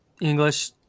English